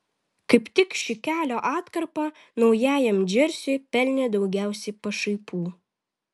kaip tik ši kelio atkarpa naujajam džersiui pelnė daugiausiai pašaipų